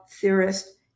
theorist